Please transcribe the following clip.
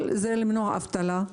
למנוע אבטלה.